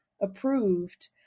approved